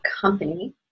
company